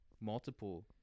multiple